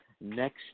next